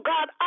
God